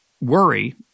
worry